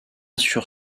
sur